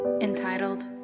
entitled